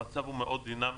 המצב הוא מאוד דינמי.